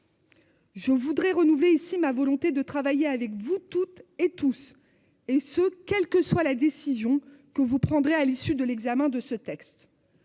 Je voudrais renouveler ici ma volonté de travailler avec vous toutes et tous et ce quelle que soit la décision que vous prendrez à l'issue de l'examen de ce texte.